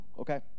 okay